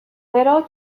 gero